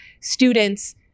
students